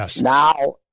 now